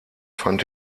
fand